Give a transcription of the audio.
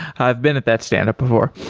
i've been at that standup before.